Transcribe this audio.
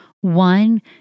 One